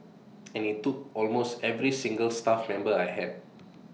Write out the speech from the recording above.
and he took almost every single staff member I had